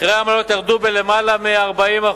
מחירי העמלות ירדו ביותר מ-40%.